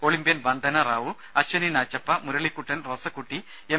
Olympian Vandana Rao Ashwini Nachappa Muralikuttan Rosakutty M